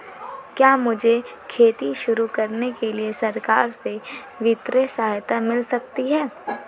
क्या मुझे खेती शुरू करने के लिए सरकार से वित्तीय सहायता मिल सकती है?